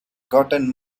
gotten